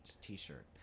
T-shirt